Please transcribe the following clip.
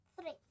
Three